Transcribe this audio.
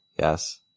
Yes